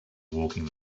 walking